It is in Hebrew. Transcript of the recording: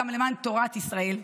גם למען תורת ישראל.